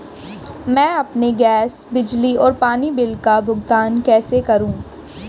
मैं अपने गैस, बिजली और पानी बिल का भुगतान कैसे करूँ?